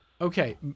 Okay